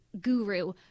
guru